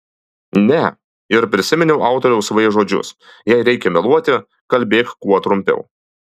ne ir prisiminiau autoriaus v žodžius jei reikia meluoti kalbėk kuo trumpiau